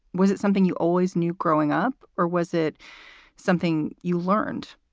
was it something you always knew growing up or was it something you learned?